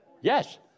Yes